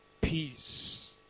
peace